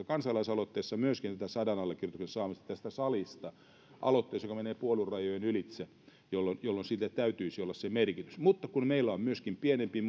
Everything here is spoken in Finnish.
kansalaisaloitteessa myöskin sadan allekirjoituksen saamista tästä salista aloitteelle joka menee puoluerajojen ylitse jolloin jolloin sille täytyisi olla se merkitys mutta kun meillä on myöskin pienempi